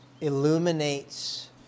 illuminates